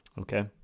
okay